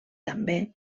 també